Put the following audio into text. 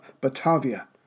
Batavia